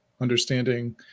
understanding